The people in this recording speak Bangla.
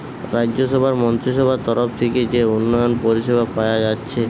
রাজ্যসভার মন্ত্রীসভার তরফ থিকে যে উন্নয়ন পরিষেবা পায়া যাচ্ছে